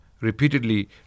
repeatedly